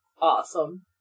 Awesome